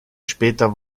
später